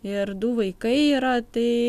ir du vaikai yra tai